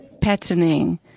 patterning